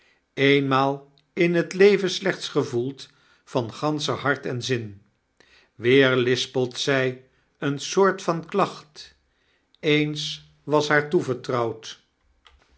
eenmaal in t leven slechts gevoeld van ganscher hart en zin i weer lispelt zjj een soort van klacht eens was haar toevertrouwd